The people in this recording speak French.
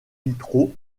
vitraux